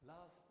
Love